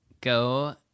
go